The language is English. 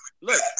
Look